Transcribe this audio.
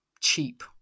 cheap